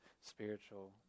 spiritual